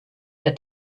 der